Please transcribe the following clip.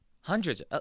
Hundreds